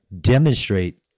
demonstrate